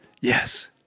Yes